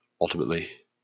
ultimately